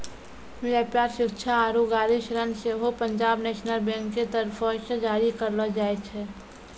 व्यापार, शिक्षा आरु गाड़ी ऋण सेहो पंजाब नेशनल बैंक के तरफो से जारी करलो जाय छै